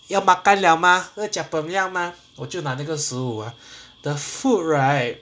要 makan liao mah mah 我就拿那个食物 ah the food right